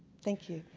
thank you.